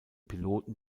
piloten